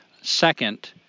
second